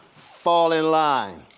fall in line.